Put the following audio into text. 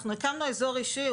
אנחנו הקמנו אזור אישי,